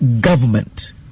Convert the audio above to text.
government